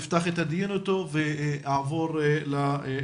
אפתח את הדיון איתו ואעבור לאנגלית.